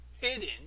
hidden